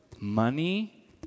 money